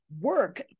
work